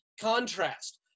contrast